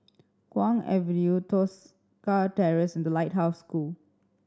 Kwong Avenue Tosca Terrace and The Lighthouse School